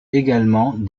également